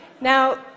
Now